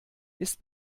ist